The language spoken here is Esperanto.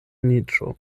niĉo